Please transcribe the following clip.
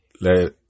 let